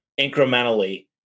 incrementally